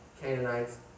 Canaanites